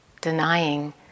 denying